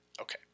Okay